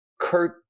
Kurt